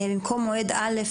במקום מועד א',